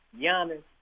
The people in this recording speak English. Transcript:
Giannis